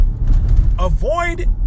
avoid